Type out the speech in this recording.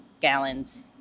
gallons